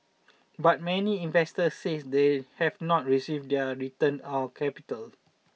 but many investors said they have not received their return or capital